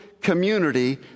community